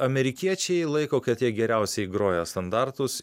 amerikiečiai laiko kad jie geriausiai groja standartus